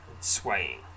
swaying